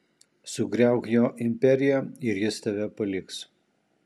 sugriauk jo imperiją ir jis tave paliks